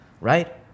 right